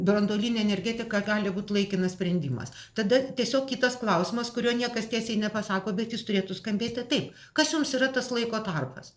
branduolinė energetika gali būt laikinas sprendimas tada tiesiog kitas klausimas kurio niekas tiesiai nepasako bet jis turėtų skambėti taip kas jums yra tas laiko tarpas